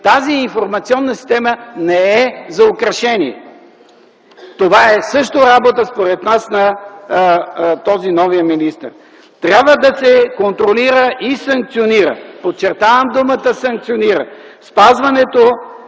Тази информационна система не е за украшение. Това, според нас, е също работа на този, новия министър. Трябва да се контролира и санкционира – подчертавам думата санкционира, неспазването